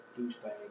douchebag